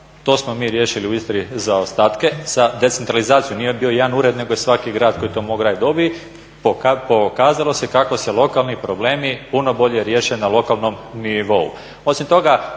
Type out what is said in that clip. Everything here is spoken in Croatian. to smo mi riješili u Istri zaostatke. Za decentralizaciju nije bio jedan ured nego je svaki grad koji je to mogao raditi dobio, pokazalo se kako se lokalni problemi puno bolje riješe na lokalnom nivou.